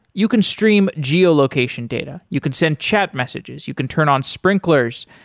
you can stream geo-location data, you can send chat messages, you can turn on sprinklers,